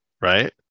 Right